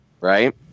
right